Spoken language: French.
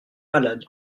malade